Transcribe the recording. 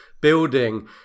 building